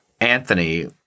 Anthony